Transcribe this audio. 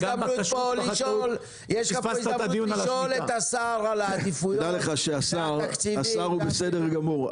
תדע לך שהשר הוא בסדר גמור,